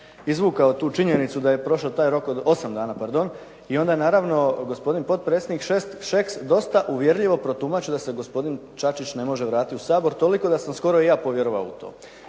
izvukao tu činjenicu da je prošao taj rok od 8 dana, pardon, i onda je naravno gospodin potpredsjednik Šeks dosta uvjerljivo protumačio da se gospodin Čačić ne može vratiti u Sabor toliko da sam skoro i ja povjerovao u to.